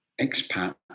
expat